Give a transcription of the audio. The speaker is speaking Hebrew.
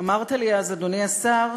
אדוני השר,